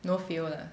no feel lah